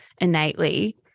innately